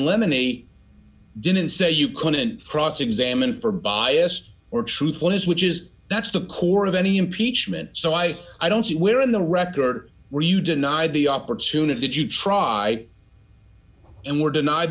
lemony didn't say you couldn't cross examine for biased or truthfulness which is that's the core of any impeachment so i i don't see where in the record were you denied the opportunity to try and were denied